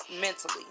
mentally